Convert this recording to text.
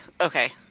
Okay